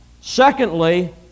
secondly